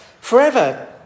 forever